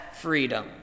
freedom